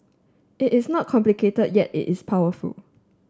it is not complicated yet it is powerful